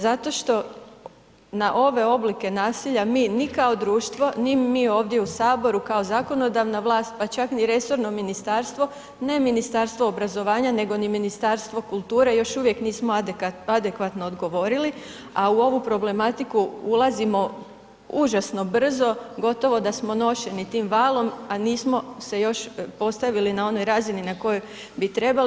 Zato što na ove oblike nasilje, mi ni kao društvo, ni mi ovdje u Saboru kao zakonodavna vlast, pa čak ni resorno ministarstvo ne Ministarstvo obrazovanja, nego ni Ministarstvo kulture još uvijek nismo adekvatno odgovorili, a u ovu problematiku ulazimo užasno brzo, gotovo da smo nošeni tim valom, a nismo se još postavili na onoj razini na kojoj bi trebali.